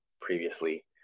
previously